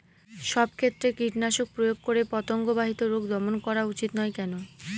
সব ক্ষেত্রে কীটনাশক প্রয়োগ করে পতঙ্গ বাহিত রোগ দমন করা উচিৎ নয় কেন?